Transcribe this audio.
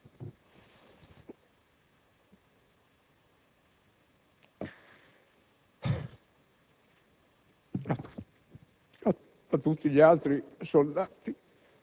a tutti gli altri